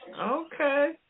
Okay